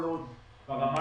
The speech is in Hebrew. כל עוד ברמה